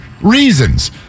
reasons